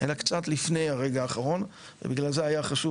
אלא קצת לפני הרגע האחרון ובגלל זה היה חשוב